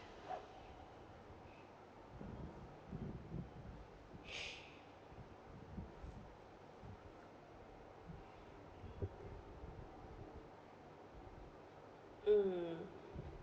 mm